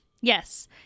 Yes